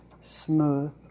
smooth